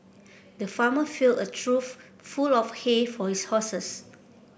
the farmer filled a trough full of hay for his horses